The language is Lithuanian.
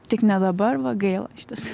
tik ne dabar va gaila šitas